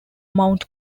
mount